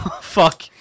Fuck